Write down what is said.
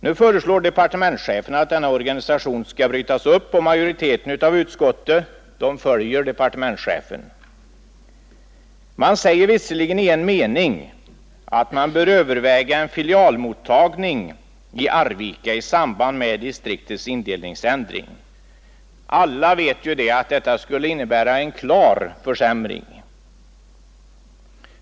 Nu föreslår departementschefen att denna organisation skall brytas sönder och majoriteten i utskottet följer departementschefen. Utskottsmajoriteten säger visserligen i en mening att en filialmottagning i Arvika bör övervägas i samband med distriktsindelningsändringen. Alla vet emellertid att även detta skulle innebära en klar försämring.